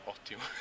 Ottimo